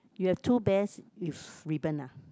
you have two bears with ribbon ah